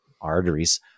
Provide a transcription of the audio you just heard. arteries